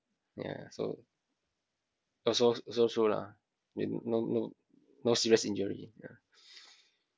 yeah so also so so lah no no no serious injury